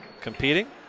competing